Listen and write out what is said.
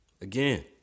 Again